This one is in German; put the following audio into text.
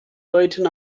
leuten